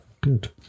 good